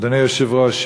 אדוני היושב-ראש,